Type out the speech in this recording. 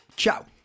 Ciao